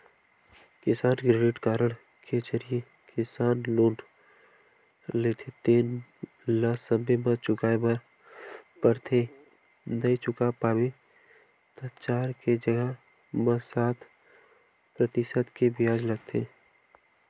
किसान credit card के जरिए किसान लोन लेथे तेन ल समे म चुकाए बर परथे नइ चुका पाबे त चार के जघा म सात परतिसत के बियाज लगथे